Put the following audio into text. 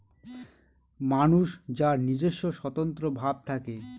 মানুষ যার নিজস্ব স্বতন্ত্র ভাব থাকে